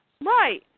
Right